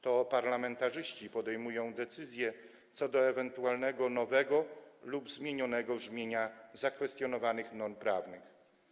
To parlamentarzyści podejmują decyzje co do ewentualnego nowego lub zmienionego brzmienia zakwestionowanych norm prawnych.